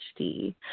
HD